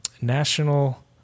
National